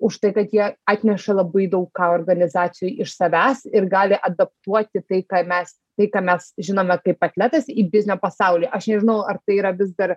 už tai kad jie atneša labai daug ką organizacijoj iš savęs ir gali adaptuoti tai ką mes tai ką mes žinome kaip atletas į biznio pasaulį aš nežinau ar tai yra vis dar